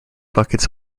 buckets